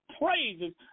praises